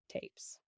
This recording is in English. tapes